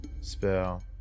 spell